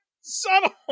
subtle